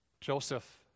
Joseph